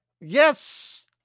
yes